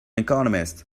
economist